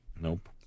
Nope